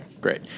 great